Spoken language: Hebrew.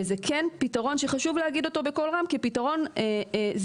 וזה כן פתרון שחשוב להגיד אותו בקול רם כפתרון זמני,